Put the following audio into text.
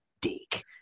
dick